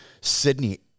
Sydney